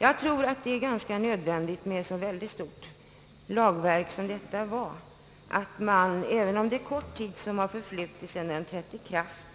Jag tror det är ganska nödvän digt, med ett så stort lagverk som detta, att även om det är kort tid sedan det trädde i kraft,